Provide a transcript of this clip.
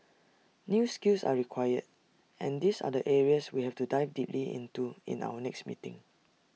new skills are required and these are areas that we have to dive deeply into in our next meeting